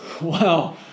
Wow